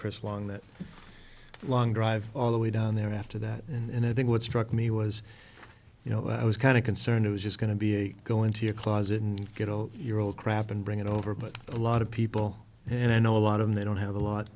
chris long that long drive all the way down there after that and i think what struck me was you know i was kind of concerned it was just going to be a going to your closet and get all your old crap and bring it over but a lot of people and i know a lot of they don't have a lot